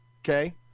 okay